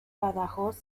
badajoz